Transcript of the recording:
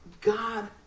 God